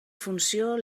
funció